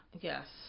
Yes